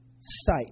sight